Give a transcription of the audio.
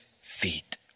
feet